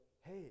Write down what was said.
hey